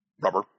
rubber